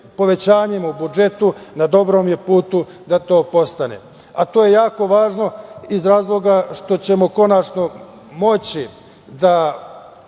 povećanjima u budžetu, na dobrom je putu da to postane. A to je jako važno iz razloga što ćemo konačno moći da